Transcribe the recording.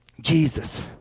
Jesus